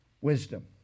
Wisdom